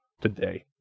today